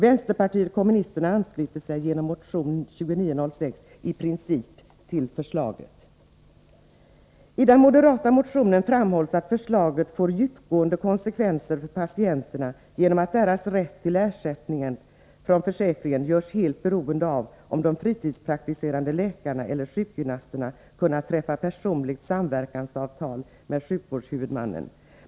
Vänsterpartiet kommunisterna ansluter sig genom motion 2906 i princip till förslaget. I den moderata motionen framhålls att förslaget får djupgående konsekvenser för patienterna genom att deras rätt till ersättning från försäkringen görs helt beroende av om de fritidspraktiserande läkarna eller sjukgymnasterna kunnat träffa personliga samverkansavtal med sjukvårdshuvudmännen.